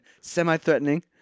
semi-threatening